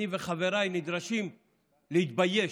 אני וחבריי נדרשים להתבייש.